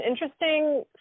interesting